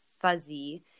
fuzzy